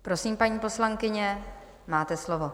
Prosím, paní poslankyně, máte slovo.